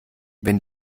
wenn